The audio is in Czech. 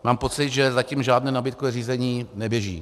Mám pocit, že zatím žádné nabídkové řízení neběží.